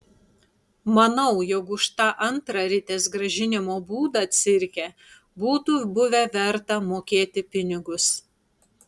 manau jog už tą antrą ritės grąžinimo būdą cirke būtų buvę verta mokėti pinigus